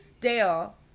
Dale